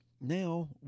Now